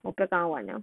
我不要跟他玩了